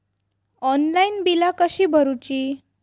Online बिला कशी भरूची?